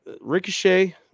Ricochet